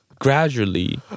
gradually